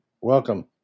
welcome